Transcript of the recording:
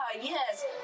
yes